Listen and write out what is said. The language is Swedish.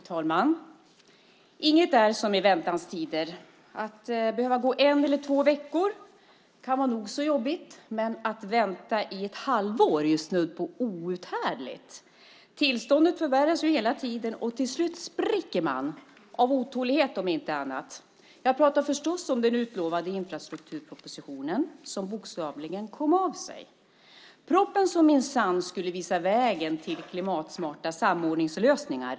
Fru talman! Intet är som väntans tider. Att behöva gå en eller två veckor över tiden kan vara nog så jobbigt. Men att vänta i ett halvår är snudd på outhärdligt. Tillståndet förvärras hela tiden, och till slut spricker man, av otålighet om inte annat. Jag talar förstås om den utlovade infrastrukturpropositionen som bokstavligen kom av sig. Det var den propositionen som minsann skulle visa vägen till klimatsmarta samordningslösningar.